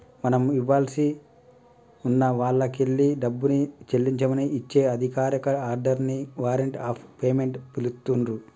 మనం ఇవ్వాల్సి ఉన్న వాల్లకెల్లి డబ్బుని చెల్లించమని ఇచ్చే అధికారిక ఆర్డర్ ని వారెంట్ ఆఫ్ పేమెంట్ పిలుత్తున్రు